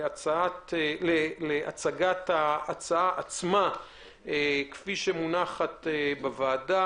נעבור להצגת ההצעה עצמה כפי שהיא מונחת בפני הוועדה.